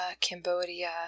Cambodia